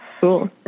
Cool